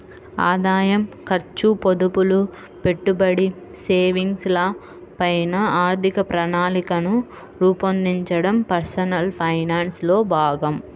ఆదాయం, ఖర్చు, పొదుపులు, పెట్టుబడి, సేవింగ్స్ ల పైన ఆర్థిక ప్రణాళికను రూపొందించడం పర్సనల్ ఫైనాన్స్ లో భాగం